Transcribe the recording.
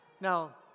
Now